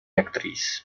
actriz